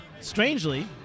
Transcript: strangely